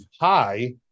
high